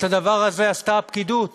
את הדבר הזה עשתה הפקידות.